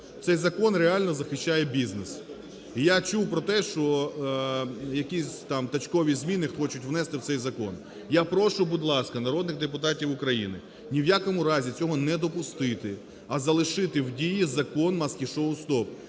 Цей закон реально захищає бізнес. І я чув про те, що якісь там точкові зміни хочуть внести в цей закон. Я прошу, будь ласка, народних депутатів України ні в якому разі цього не допустити, а залишити в дії Закон "маски-шоу – стоп".